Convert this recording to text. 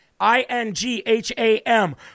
I-N-G-H-A-M